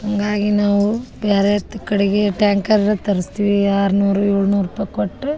ಹಂಗಾಗಿ ನಾವು ಬ್ಯಾರೆದ್ ಕಡೆಗೆ ಟ್ಯಾಂಕರ್ ತರ್ಸ್ತೀವಿ ಆರ್ನೂರು ಏಳ್ನೂರು ರೂಪಾಯಿ ಕೊಟ್ಟು